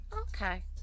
Okay